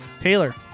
Taylor